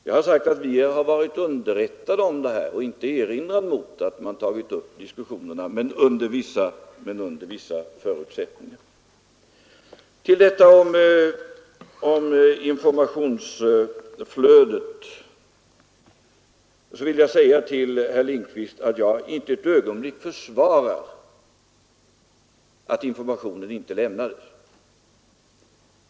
Jag har sagt att vi har varit underrättade och inte erinrat mot att man tagit upp diskussioner, men under vissa förutsättningar. Vad beträffar informationsflödet vill jag säga till herr Lindkvist att jag inte ett ögonblick försvarar att informationen inte lämnades.